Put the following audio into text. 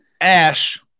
Ash